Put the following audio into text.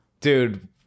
Dude